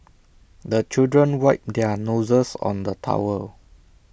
the children wipe their noses on the towel